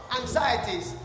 anxieties